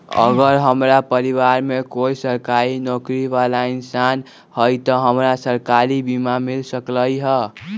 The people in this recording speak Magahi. अगर हमरा परिवार में कोई सरकारी नौकरी बाला इंसान हई त हमरा सरकारी बीमा मिल सकलई ह?